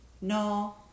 No